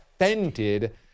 offended